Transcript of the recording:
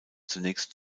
zunächst